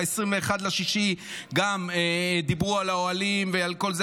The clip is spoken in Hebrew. ב-21 ביוני גם דיברו על האוהלים ועל כל זה,